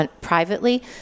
privately